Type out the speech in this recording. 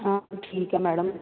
ਹਾਂ ਠੀਕ ਆ ਮੈਡਮ